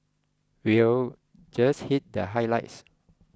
we'll just hit the highlights